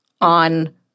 on